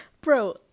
Bro